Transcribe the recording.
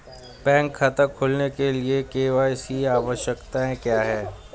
Bank खाता खोलने के लिए के.वाई.सी आवश्यकताएं क्या हैं?